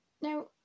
Now